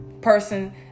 person